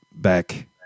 back